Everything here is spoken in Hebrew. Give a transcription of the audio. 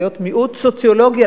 להיות מיעוט סוציולוגי,